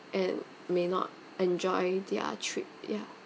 and may not enjoy their trip ya